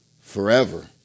forever